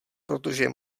protože